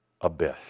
abyss